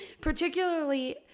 Particularly